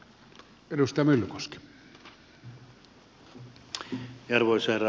arvoisa herra puhemies